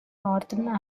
northern